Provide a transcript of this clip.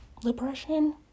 Depression